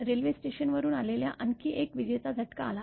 railway स्टेशनवरून आलेल्या आणखी एक विजेचा झटका आला